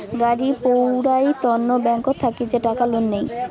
গাড়ি পৌরাই তন্ন ব্যাংকত থাকি যে টাকা লোন নেই